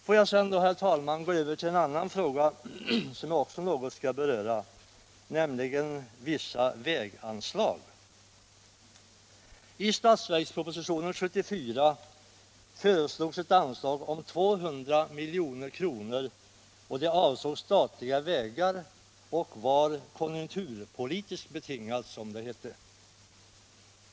Därefter, herr talman, skall jag något beröra frågan om Disposition av vissa väganslag. I statsverkspropositionen år 1974 föreslogs ett anslag om 200 milj.kr. Det avsåg statliga vägar och var konjunkturpolitiskt betingat, som det hette.